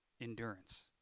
endurance